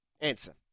Answer